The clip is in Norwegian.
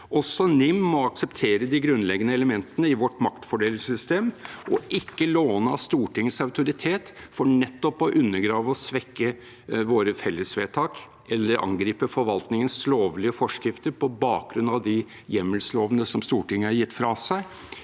NIM må akseptere de grunnleggende elementene i vårt maktfordelingssystem og ikke låne av Stortingets autoritet for nettopp å undergrave og svekke våre fellesvedtak eller angripe forvaltningens lovlige forskrifter på bakgrunn av de hjemmelslovene som Stortinget har gitt fra seg,